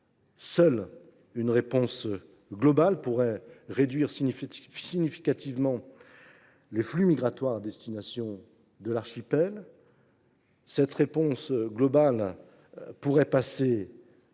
Seule une réponse globale pourrait réduire significativement les flux migratoires à destination de l’archipel. Cette réponse globale pourrait